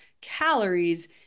calories